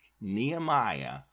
Nehemiah